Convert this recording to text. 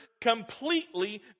Completely